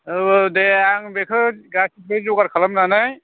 औ औ दे आं बेखौ गासिबो जगार खालामनानै